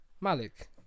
malik